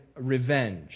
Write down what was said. revenge